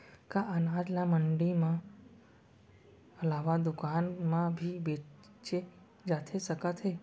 का अनाज ल मंडी के अलावा दुकान म भी बेचे जाथे सकत हे?